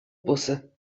busse